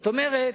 זאת אומרת,